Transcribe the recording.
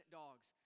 dogs